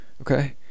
Okay